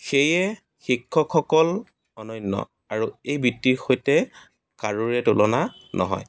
সেয়া শিক্ষকসকল অনন্য আৰু এই বৃত্তিৰ সৈতে কাৰোৰে তুলনা নহয়